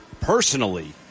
personally